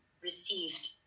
received